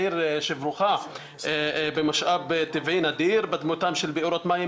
עיר שבורכה במשאב טבעי נדיר בדמותם של בארות מים